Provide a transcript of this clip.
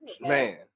Man